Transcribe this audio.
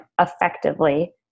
effectively